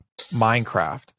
Minecraft